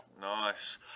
Nice